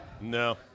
No